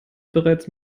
bereits